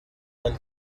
when